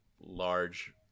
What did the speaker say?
Large